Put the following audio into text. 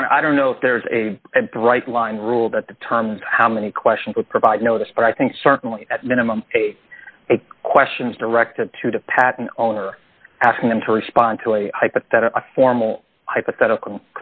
boner i don't know if there is a bright line rule that determines how many questions would provide notice but i think certainly at minimum a question is directed to the patent owner asking them to respond to a hypothetical formal hypothetical